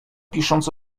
pisząc